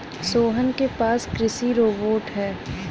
सोहन के पास कृषि रोबोट है